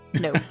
no